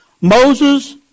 Moses